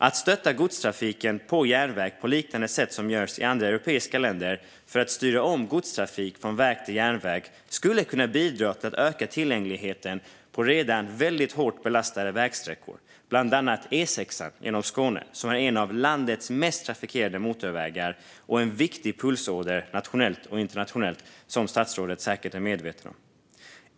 Att stötta godstrafiken på järnväg på liknande sätt som görs i andra europeiska länder för att styra om godstrafik från väg till järnväg skulle kunna bidra till att öka tillgängligheten på redan väldigt hårt belastade vägsträckor, bland annat E6:an genom Skåne. Det är en av landets mest trafikerade motorvägar och en viktig pulsåder nationellt och internationellt, vilket statsrådet säkert är medveten om.